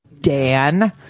dan